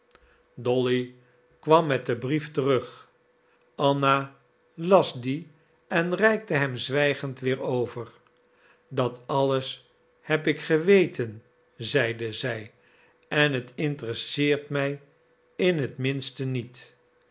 dolly kwam met den brief terug anna las dien en reikte hem zwijgend weer over dat alles heb ik geweten zeide zij en het interesseert mij in het minste niet